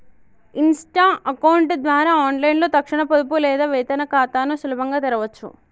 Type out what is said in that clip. Insta account ద్వారా ఆన్లైన్లో తక్షణ పొదుపు లేదా వేతన ఖాతాని సులభంగా తెరవచ్చు